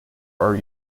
are